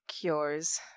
cures